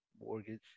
Mortgage